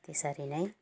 त्यसरी नै